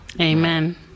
Amen